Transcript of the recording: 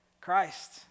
Christ